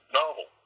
novel